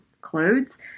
clothes